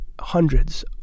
hundreds